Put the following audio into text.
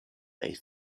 they